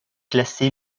classé